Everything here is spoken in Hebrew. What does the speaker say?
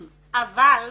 אבל,